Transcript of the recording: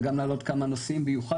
וגם להעלות כמה נושאים, במיוחד